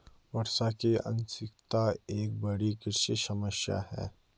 वर्षा की अनिश्चितता एक बड़ी कृषि समस्या है